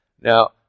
Now